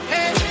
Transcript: Hey